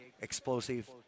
explosive